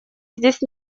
здесь